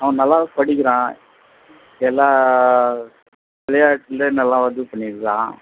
அவன் நல்லாவே படிக்கிறான் எல்லா விளையாட்டிலே நல்லா இது பண்ணிருக்கிறான்